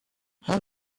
how